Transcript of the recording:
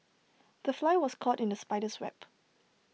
the fly was caught in the spider's web